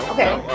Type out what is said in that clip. Okay